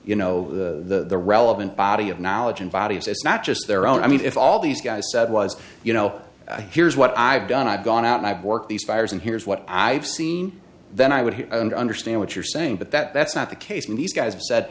you know the relevant body of knowledge and body it's not just their own i mean if all these guys said was you know here's what i've done i've gone out i've worked these fires and here's what i've seen then i would understand what you're saying but that that's not the case and these guys